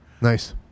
Nice